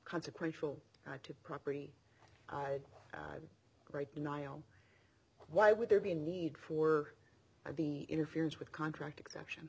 consequential to property right denial why would there be a need for the interferes with contract exception